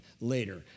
later